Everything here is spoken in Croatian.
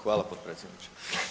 Hvala potpredsjedniče.